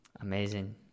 Amazing